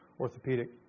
orthopedic